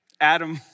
Adam